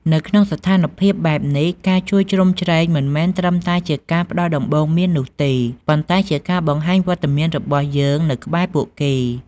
ក្នុងស្ថានភាពបែបនេះ ការជួយជ្រោមជ្រែងមិនមែនត្រឹមតែជាការផ្តល់ដំបូន្មាននោះទេ ប៉ុន្តែជាការបង្ហាញវត្តមានរបស់យើង នៅក្បែរពួកគេ។